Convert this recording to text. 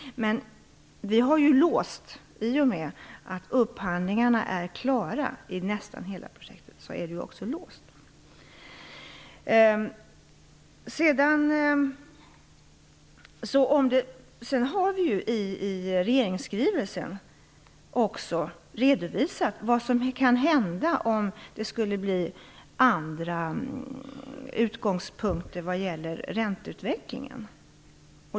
Vi har i och med att upphandlingarna är klara för nästan hela projektet också låst kostnaderna. Vi har i regeringsskrivelsen också redovisat vad som kan hända om det skulle bli andra utgångspunkter vad gäller ränteutvecklingen.